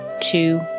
two